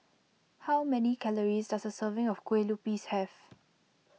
how many calories does a serving of Kueh Lupis have